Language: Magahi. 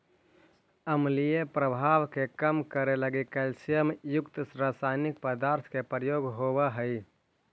अम्लीय प्रभाव के कम करे लगी कैल्सियम युक्त रसायनिक पदार्थ के प्रयोग होवऽ हई